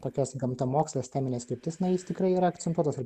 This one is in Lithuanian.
tokias gamtamoksles temines kryptis na jis tikrai yra akcentuotas ir